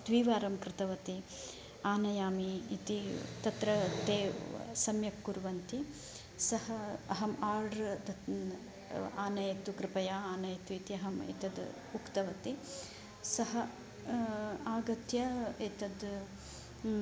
त्रिवारं कृतवती आनयामि इति तत्र ते सम्यक् कुर्वन्ति सः अहम् आर्डर् तत् आनयतु कृपया आनयतु इति अहम् एतद् उक्तवती सः आगत्य एतद्